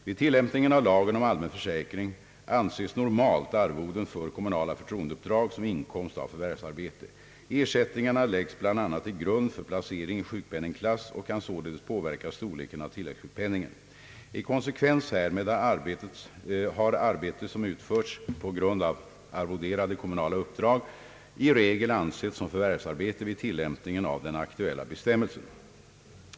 Vid tillämpning av lagen om allmän försäkring anses normalt arvoden för kommunala förtroendeuppdrag som inkomst av förvärvsarbete. Ersättningarna läggs bl.a. till grund för placering i sjukpenningklass och kan således påverka storleken av tilläggsssjukpenningen. I konsekvens härmed har arbete som utförs på grund av arvoderade kommunala uppdrag i regel ansetts som förvärvsarbete vid tillämpningen av den aktuella bestämmelsen.